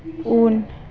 उन